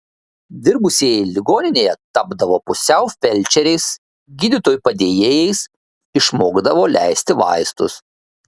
dirbusieji ligoninėje tapdavo pusiau felčeriais gydytojų padėjėjais išmokdavo leisti vaistus